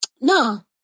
no